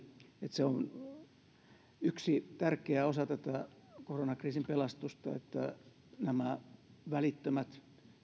se on yksi tärkeä osa tätä koronakriisin pelastusta että nämä välittömät